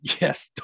yes